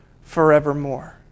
forevermore